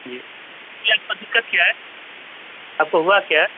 جی آپ کو دقت کیا ہے آپ کو ہوا کیا ہے